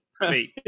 Wait